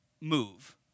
move